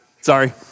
Sorry